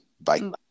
Bye